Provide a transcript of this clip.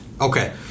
Okay